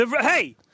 Hey